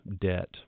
debt